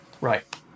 Right